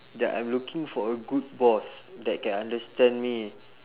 ya I'm looking for a good boss that can understand me